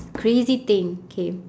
crazy thing K